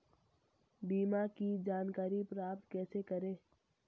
बीमा की जानकारी प्राप्त कैसे करें?